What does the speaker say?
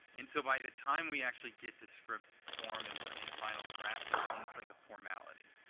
and so by the time we actually get to script form and we're in final draft, it's almost like a formality.